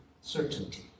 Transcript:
certainty